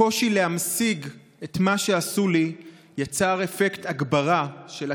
הקושי להמשיג את מה שעשו לי יצר אפקט הגברה של הכאב,